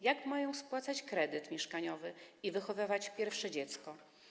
Jak mają spłacać kredyt mieszkaniowy i wychowywać pierwsze dziecko?